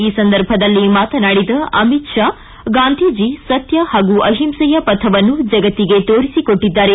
ಈ ಸಂದರ್ಭದಲ್ಲಿ ಮಾತನಾಡಿದ ಅಮಿತ್ ಶಾ ಗಾಂಧೀಜಿ ಸತ್ಯ ಹಾಗೂ ಅಹಿಂಸೆಯ ಪಥವನ್ನು ಜಗತ್ತಿಗೆ ತೋರಿಸಿಕೊಟ್ಟದ್ದಾರೆ